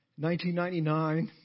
1999